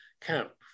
camp